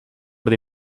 the